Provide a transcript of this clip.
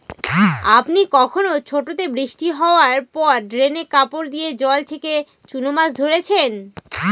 আপনি কখনও ছোটোতে বৃষ্টি হাওয়ার পর ড্রেনে কাপড় দিয়ে জল ছেঁকে চুনো মাছ ধরেছেন?